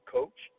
coach